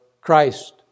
Christ